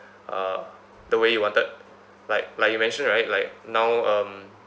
uh the way you wanted like like you mention right like now um